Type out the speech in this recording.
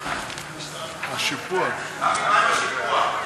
דוד, מה עם השיפוע?